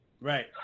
Right